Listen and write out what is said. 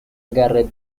agarre